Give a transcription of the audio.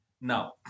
now